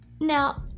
Now